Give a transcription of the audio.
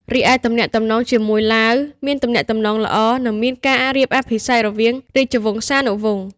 រីឯទំនាក់ទំនងជាមួយលាវ មានទំនាក់ទំនងល្អ និងមានការរៀបអភិសេករវាងរាជវង្សានុវង្ស។